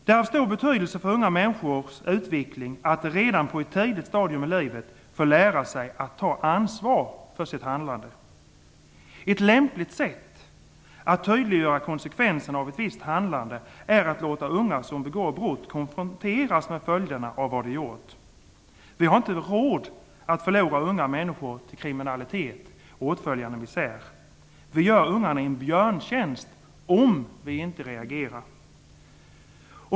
Det är av stor betydelse för unga människors utveckling att de redan på ett tidigt stadium i livet får lära sig att ta ansvar för sitt handlande. Ett lämpligt sätt att tydliggöra konsekvenserna av ett visst handlande är att låta unga som begår brott konfronteras med följderna av vad de gjort. Vi har inte råd att förlora unga människor till kriminalitet och åtföljande misär. Vi gör ungdomarna en björntjänst om vi inte reagerar.